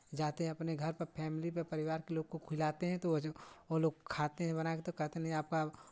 जाते हैं अपने घर पर फैमिली पर परिवार के लोग को खिलाते हैं तो वो जो वो लोग खाते हैं बनाके तो कहते हैं नहीं आपका